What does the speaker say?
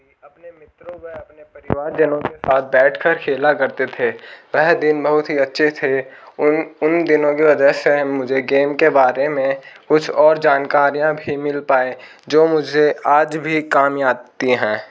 अपने मित्रों व अपने परिवार जनों के साथ बैठकर खेला करते थे वह दिन बहुत ही अच्छे थे उन उन दिनों की वजह से मुझे गेम के बारे में कुछ और जानकारियाँ भी मिल पाए जो मुझे आज भी काम आती हैं